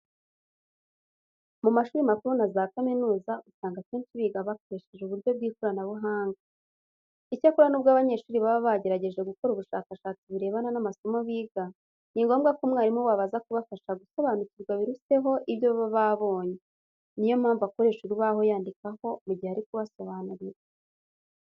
Mu mashuri makuru na za kaminuza, usanga akenshi biga bakoresheje uburyo bw'ikoranabuhanga. Icyakora nubwo abanyeshuri baba bagerageje gukora ubushakashatsi burebana n'amasomo biga, ni ngombwa ko umwarimu wabo aza akabafasha gusobanukirwa biruseho ibyo baba babonye. Niyo mpamvu akoresha urubaho yandikaho mu gihe ari kubasobanurira.